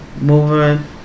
Moving